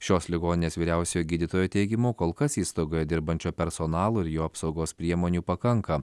šios ligoninės vyriausiojo gydytojo teigimu kol kas įstaigoje dirbančio personalo ir jo apsaugos priemonių pakanka